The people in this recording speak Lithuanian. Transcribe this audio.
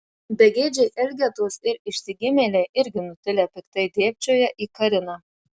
begėdžiai elgetos ir išsigimėliai irgi nutilę piktai dėbčioja į kariną